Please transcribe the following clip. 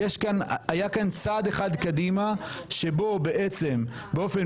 היה כאן צעד אחד קדימה שבו בעצם באופן